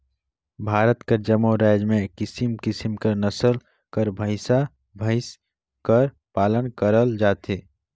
भारत कर जम्मो राएज में किसिम किसिम कर नसल कर भंइसा भंइस कर पालन करल जाथे